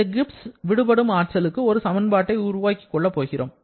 இந்த கிப்ஸ் விடுபடும் ஆற்றலுக்கு ஒரு சமன்பாட்டை உருவாக்கிக் கொள்ள போகிறோம்